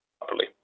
properly